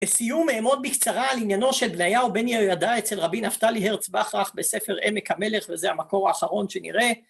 לסיום אעמוד בקצרה על עניינו של בניהו בן יהוידע אצל רבי נפתלי הרץ-בכרך בספר "עמק המלך", וזה המקור האחרון שנראה